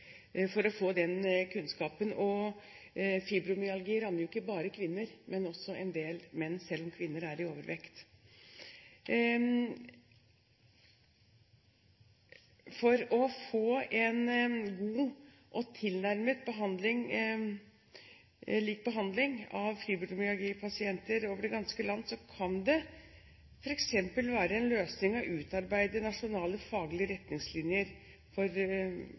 for å få den kunnskapen. Fibromyalgi rammer jo ikke bare kvinner, men også en del menn, selv om antall kvinner er i overvekt. For å få en god og tilnærmet lik behandling av fibromyalgipasienter over det ganske land kan det f.eks. være en løsning å utarbeide nasjonale faglige retningslinjer for